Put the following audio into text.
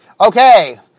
okay